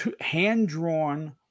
hand-drawn